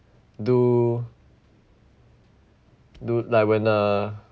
do do like when err